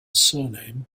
surname